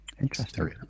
Interesting